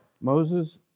Moses